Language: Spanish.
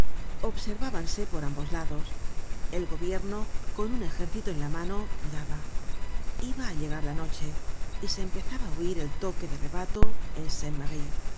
barricadas observábanse por ambos lados el gobierno con un ejército en la mano dudaba iba á llegar la noche y se empezaba á oir el toque de rebato en